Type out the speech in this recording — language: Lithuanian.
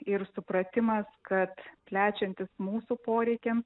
ir supratimas kad plečiantis mūsų poreikiams